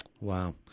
Wow